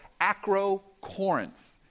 Acro-Corinth